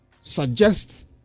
suggest